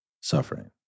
suffering